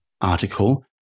article